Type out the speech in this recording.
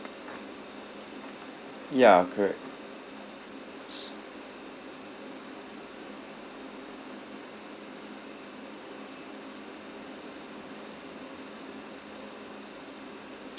ya correct